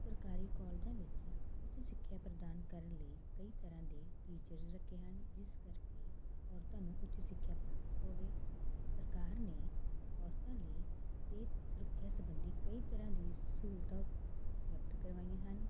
ਸਰਕਾਰੀ ਕੋਲਜਾਂ ਵਿੱਚ ਉੱਚ ਸਿੱਖਿਆ ਪ੍ਰਦਾਨ ਕਰਨ ਲਈ ਕਈ ਤਰ੍ਹਾਂ ਦੇ ਟੀਚਰਜ ਰੱਖੇ ਹਨ ਜਿਸ ਕਰਕੇ ਔਰਤਾਂ ਨੂੰ ਉੱਚ ਸਿੱਖਿਆ ਪ੍ਰਾਪਤ ਹੋਵੇ ਸਰਕਾਰ ਨੇ ਔਰਤਾਂ ਲਈ ਸਿਹਤ ਸੁਰੱਖਿਆ ਸੰਬੰਧੀ ਕਈ ਤਰ੍ਹਾਂ ਦੀ ਸਹੂਲਤਾਂ ਉਪਲਬਧ ਕਰਵਾਈਆਂ ਹਨ